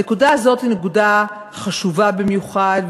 הנקודה הזאת היא נקודה חשובה במיוחד,